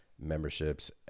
memberships